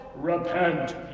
Repent